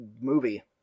movie